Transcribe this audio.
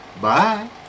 bye